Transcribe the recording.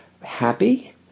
happy